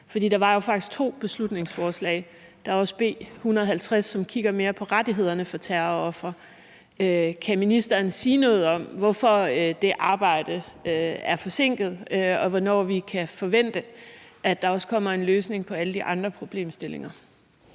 der var jo faktisk to beslutningsforslag. Der er også B 150, som kigger mere på rettighederne for terrorofre. Kan ministeren sige noget om, hvorfor det arbejde er forsinket, og hvornår vi kan forvente, at der også kommer en løsning på alle de andre problemstillinger?